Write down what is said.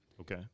Okay